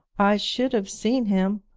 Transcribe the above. i should have seen him.